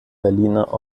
berliner